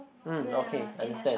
mm okay understand